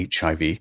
HIV